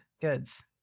goods